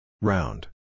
Round